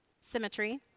symmetry